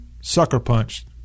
sucker-punched